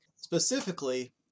Specifically